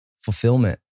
fulfillment